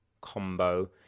combo